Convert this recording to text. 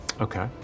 Okay